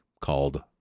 called